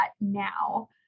now